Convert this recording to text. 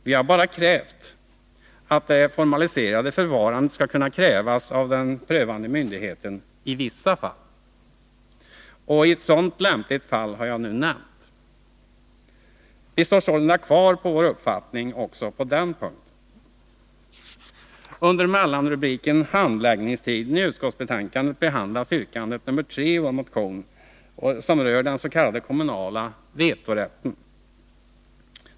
Vi har bara krävt att det formaliserade förfarandet skall kunna krävas av den prövande myndigheten i vissa fall, och ett sådant lämpligt fall har jag redan nämnt. Vi står sålunda kvar vid vår uppfattning också på denna punkt. Under mellanrubriken Handläggningstiden i utskottsbetänkandet behandlas yrkande nr 3 i vår motion, som rör den s.k. kommunala vetorätten.